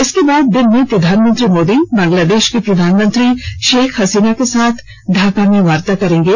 इसके बाद दिन में प्रधानमंत्री मोदी बांग्लादेश की प्रधानमंत्री शेख हसीना के साथ ढाका में वार्ता करेंगे